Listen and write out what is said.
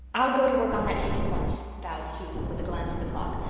i'll go to work on that cake at once, vowed susan, with a glance at the clock.